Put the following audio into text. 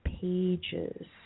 pages